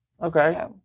Okay